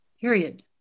period